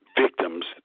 victims